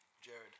Jared